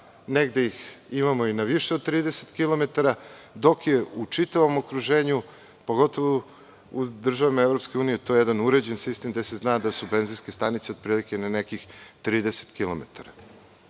negde ih imamo i na više od 30 kilometara, dok je u čitavom okruženju, pogotovo u državama EU, to jedan uređen sistem, gde se zna da su benzinske stanice otprilike na 30 kilometara. Jednom